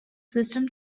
system